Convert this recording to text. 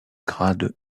grade